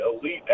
elite